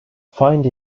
find